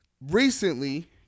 recently